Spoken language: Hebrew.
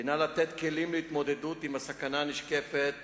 הינה לתת כלים להתמודדות עם הסכנה הנשקפת